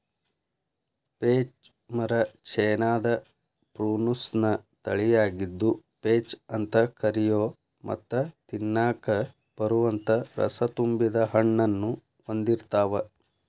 peach ಮರ ಚೇನಾದ Prunus ನ ತಳಿಯಾಗಿದ್ದು, ಪೇಚ್ ಅಂತ ಕರಿಯೋ ಮತ್ತ ತಿನ್ನಾಕ ಬರುವಂತ ರಸತುಂಬಿದ ಹಣ್ಣನ್ನು ಹೊಂದಿರ್ತಾವ